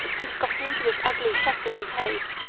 and have got into this ugly shuffling pace.